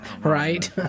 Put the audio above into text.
Right